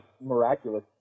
miraculous